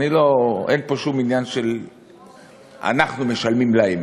אין פה שום עניין של "אנחנו משלמים להם".